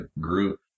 group